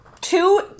two